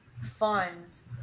funds